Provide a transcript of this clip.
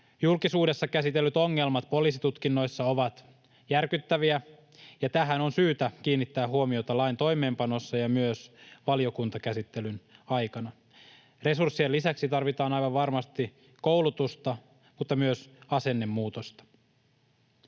Julkisuudessa käsitellyt ongelmat poliisitutkinnoissa ovat järkyttäviä, ja tähän on syytä kiinnittää huomiota lain toimeenpanossa ja myös valiokuntakäsittelyn aikana. Resurssien lisäksi tarvitaan aivan varmasti koulutusta mutta myös asennemuutosta.